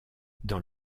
dans